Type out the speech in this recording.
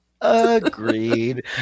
Agreed